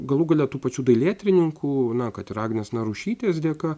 galų gale tų pačių dailėtyrininkų na kad ir agnės narušytės dėka